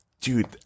dude